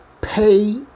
Pay